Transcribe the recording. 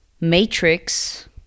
matrix